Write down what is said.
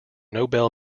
nobel